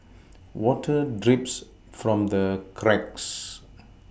water drips from the cracks